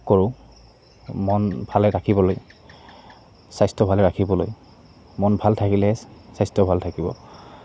কৰোঁ মন ভালে ৰাখিবলৈ স্বাস্থ্য ভালে ৰাখিবলৈ মন ভাল থাকিলেহে স্বাস্থ্য ভাল থাকিব